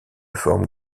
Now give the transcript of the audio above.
forme